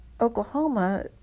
Oklahoma